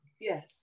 Yes